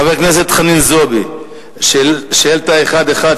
חברת הכנסת חנין זועבי, שאילתא מס'